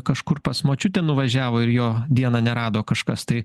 kažkur pas močiutę nuvažiavo ir jo dieną nerado kažkas tai